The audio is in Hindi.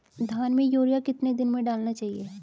धान में यूरिया कितने दिन में डालना चाहिए?